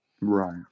right